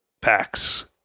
packs